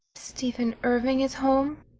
stephen irving is home?